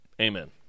Amen